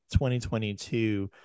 2022